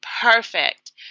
Perfect